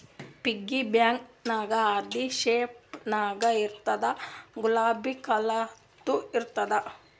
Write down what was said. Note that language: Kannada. ಪಿಗ್ಗಿ ಬ್ಯಾಂಕ ಹಂದಿ ಶೇಪ್ ನಾಗ್ ಇರ್ತುದ್ ಗುಲಾಬಿ ಕಲರ್ದು ಇರ್ತುದ್